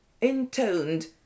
intoned